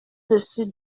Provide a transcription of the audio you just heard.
dessus